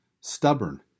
stubborn